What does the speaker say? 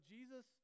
Jesus